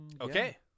Okay